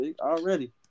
Already